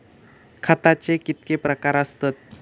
खताचे कितके प्रकार असतत?